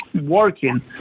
working